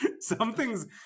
Something's